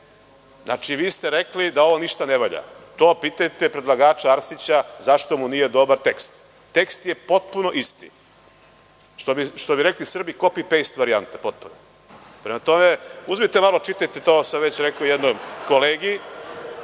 Znači, vi ste rekli da ovo ništa ne valja? To pitajte predlagača Arsića zašto mu nije dobar tekst. Tekst je potpuno isti. Što bi rekli Srbi, copy-paste varijanta potpuno. Prema tome, čitajte malo to. Mogli